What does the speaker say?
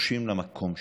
רוחשים למקום שלהם,